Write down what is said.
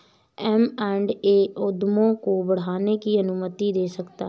M and A उद्यमों को बढ़ाने की अनुमति दे सकता है